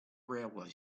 railway